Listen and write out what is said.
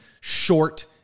short